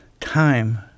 time